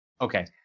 Okay